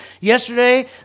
Yesterday